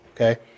Okay